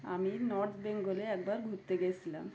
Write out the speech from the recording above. আমি নর্থ বেঙ্গলে একবার ঘুরতে গিয়েছিলাম